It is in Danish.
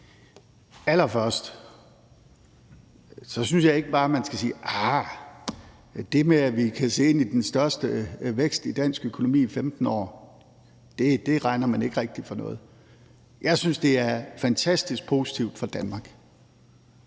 Allerførst synes jeg ikke bare, at man skal sige, at det med, at vi kan se ind i den største vækst i dansk økonomi i 15 år, regner man ikke rigtig for noget. Jeg synes, det er fantastisk positivt for Danmark.